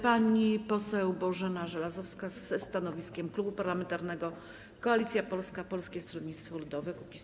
Pani poseł Bożena Żelazowska ze stanowiskiem Klubu Parlamentarnego Koalicja Polska - Polskie Stronnictwo Ludowe - Kukiz15.